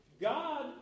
God